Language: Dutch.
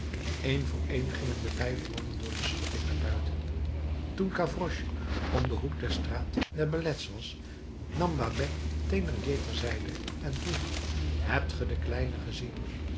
een voor een gingen de vijf mannen door de schutting naar buiten toen gavroche om den hoek der straat des ballets was nam babet thénardier ter zijde en vroeg hebt ge den kleine gezien